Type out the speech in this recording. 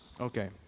Okay